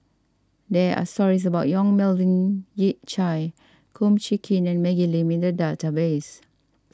there are stories about Yong Melvin Yik Chye Kum Chee Kin and Maggie Lim in the database